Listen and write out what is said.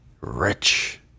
rich